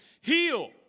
Heal